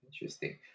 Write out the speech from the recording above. Interesting